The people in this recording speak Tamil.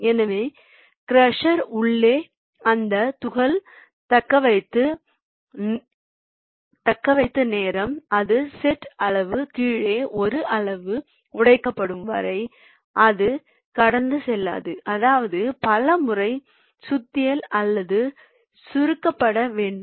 எனவே க்ரஷர் உள்ளே அந்த துகள் தக்கவைத்து நேரம் அது செட் அளவு கீழே ஒரு அளவு உடைக்கப்படும் வரை அது கடந்து செல்லாது அதாவது பல முறை சுத்தியல் அல்லது சுருக்கப்பட வேண்டும்